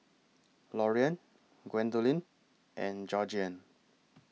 Loriann Gwendolyn and Georgeann